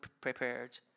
prepared